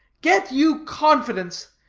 get you confidence.